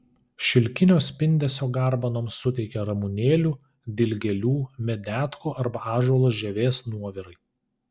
šilkinio spindesio garbanoms suteikia ramunėlių dilgėlių medetkų arba ąžuolo žievės nuovirai